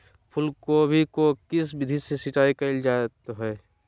फूलगोभी को किस विधि से सिंचाई कईल जावत हैं?